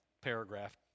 paragraph